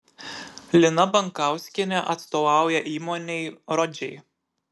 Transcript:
lina bankauskienė atstovauja įmonei rodžiai